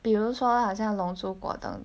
比如说好像龙珠果等